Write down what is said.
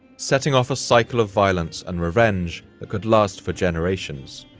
setting off a cycle of violence and revenge that could last for generations.